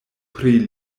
pri